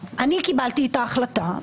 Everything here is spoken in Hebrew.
אני קיבלתי את ההחלטה,